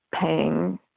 paying